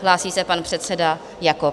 Hlásí se pan předseda Jakob.